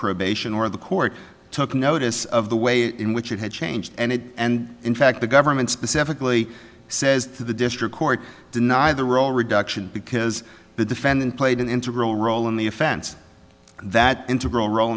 probation or the court took notice of the way in which it had changed and it and in fact the government specifically says that the district court deny the role reduction because the defendant played an integral role in the offense that integral role